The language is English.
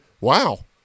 wow